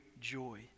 joy